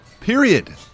period